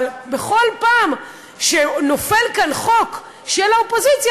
אבל בכל פעם שנופל כאן חוק של האופוזיציה,